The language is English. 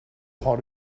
hot